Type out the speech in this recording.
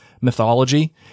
mythology